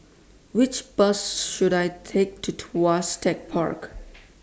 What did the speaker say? Which Bus should I Take to Tuas Tech Park